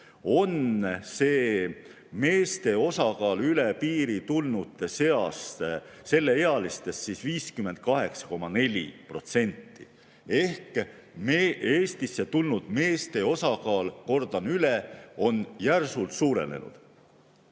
on meeste osakaal üle piiri tulnute seas selleealistest 58,4%. Ehk Eestisse tulnud meeste osakaal, kordan üle, on järsult suurenenud.